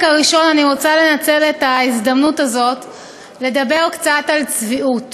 חברי חברי הכנסת, במסגרת הצביעות